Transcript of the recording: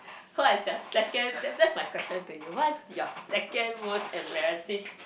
what is your second that that's my question to your what is your second most embarrassing